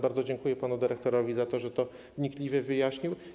Bardzo dziękuję panu dyrektorowi za to, że to wnikliwie wyjaśnił.